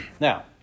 Now